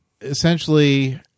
essentially